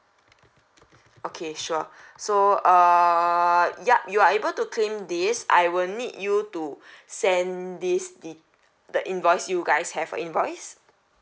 okay sure so uh yup you are able to claim this I will need you to send this the the invoice you guys have a invoice